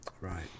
Right